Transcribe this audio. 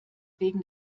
wegen